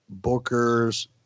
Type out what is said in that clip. bookers